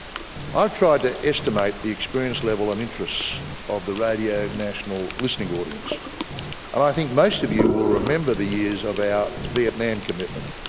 ah tried to estimate the experience level and interests of the radio national listening audience and i think most of you will remember the years of our vietnam commitment.